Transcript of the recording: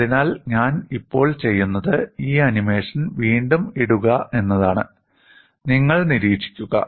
അതിനാൽ ഞാൻ ഇപ്പോൾ ചെയ്യുന്നത് ഈ ആനിമേഷൻ വീണ്ടും ഇടുക എന്നതാണ് നിങ്ങൾ നിരീക്ഷിക്കുക